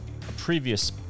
previous